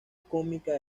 cómica